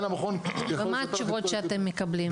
המכון --- ומה התשובות שאתם מקבלים?